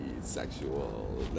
sexual